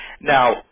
Now